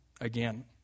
again